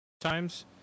times